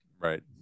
Right